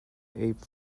ape